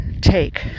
take